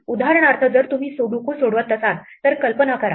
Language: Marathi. उदाहरणार्थ जर तुम्ही सुडोकू सोडवत असाल तर कल्पना करा